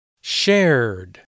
Shared